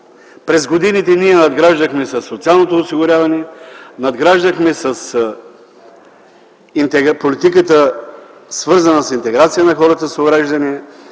През годините ние надграждахме със социалното осигуряване, надграждахме с политиката, свързана с интеграция на хората с увреждания,